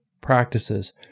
practices